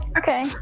okay